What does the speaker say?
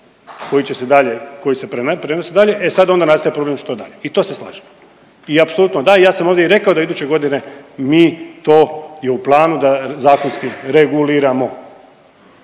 koji se prenose dalje, e sad onda nastaje problem što dalje. I to se slažem i apsolutno da i ja sam ovdje i rekao da iduće godine mi to je u planu da zakonski reguliramo.